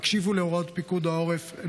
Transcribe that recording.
והקשיבו להוראת פיקוד העורף.